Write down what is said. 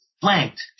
flanked